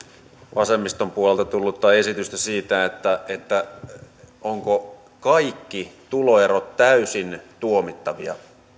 vasemmiston puolelta tullutta esitystä siitä ovatko kaikki tuloerot täysin tuomittavia